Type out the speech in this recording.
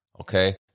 Okay